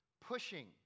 pushing